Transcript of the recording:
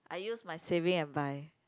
I use my saving and buy